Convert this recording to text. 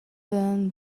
than